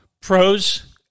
Pros